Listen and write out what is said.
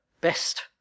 best